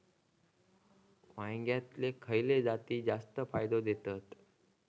वांग्यातले खयले जाती जास्त फायदो देतत?